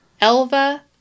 Elva